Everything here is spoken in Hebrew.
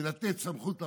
בשביל לתת סמכות לפקחים.